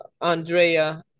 Andrea